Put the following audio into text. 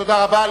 תודה רבה.